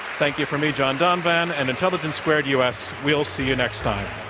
thank you from me, john donvan, and intelligence squared u. s. we'll see you next time.